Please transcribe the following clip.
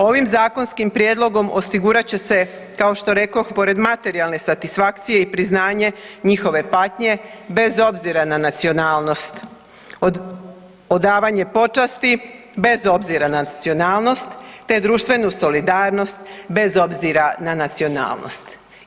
Ovim zakonskim prijedlogom osigurat će se kao što rekoh pored materijalne satisfakcije i priznanje njihove patnje bez obzira na nacionalnost, odavanje počasti bez obzira na nacionalnost, te društvenu solidarnost bez obzira na nacionalnost.